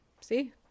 see